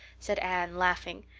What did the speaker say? said anne laughing.